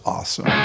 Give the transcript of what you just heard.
Awesome